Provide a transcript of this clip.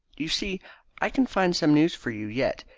you see i can find some news for you yet.